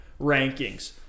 rankings